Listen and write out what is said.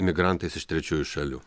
imigrantais iš trečiųjų šalių